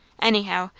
anyhow,